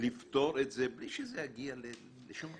לפתור את זה בלי שזה יגיע לשום מקום.